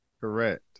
Correct